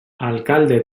alcalde